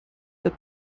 that